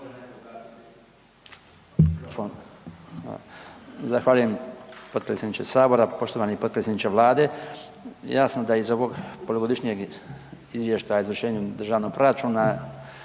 Zahvaljujem potpredsjedniče Sabora. Poštovani potpredsjedniče Vlade. Jasno da iz ovog Polugodišnjeg izvještaja o izvršenju državnog proračuna